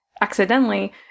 accidentally